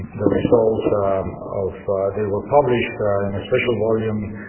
and the results of they were published in a special volume